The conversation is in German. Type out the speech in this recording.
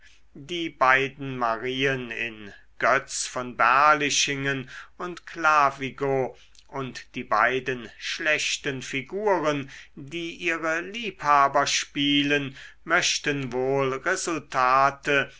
die beiden marien in götz von berlichingen und clavigo und die beiden schlechten figuren die ihre liebhaber spielen möchten wohl resultate